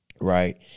Right